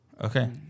Okay